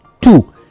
two